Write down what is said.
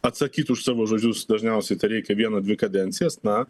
atsakyt už savo žodžius dažniausiai tereikia vieną dvi kadencijas na